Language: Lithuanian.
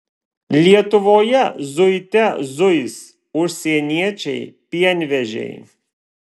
lietuvoje zuite zuis užsieniečiai pienvežiai